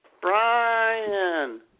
Brian